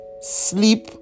sleep